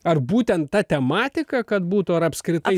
ar būtent ta tematika kad būtų ar apskritai